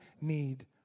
need